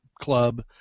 club